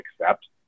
accept